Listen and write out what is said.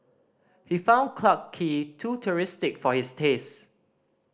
he found Clarke Quay too touristic for his taste